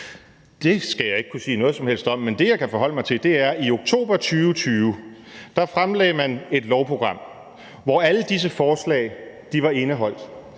Det skal jeg ikke kunne sige noget som helst om, men det, jeg kan forholde mig til, er, at i oktober 2020 fremlagde man et lovprogram, hvor alle disse forslag var indeholdt,